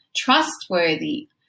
trustworthy